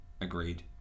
agreed